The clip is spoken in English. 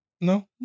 No